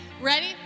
Ready